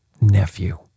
Nephew